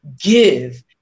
give